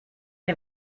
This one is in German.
den